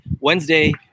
Wednesday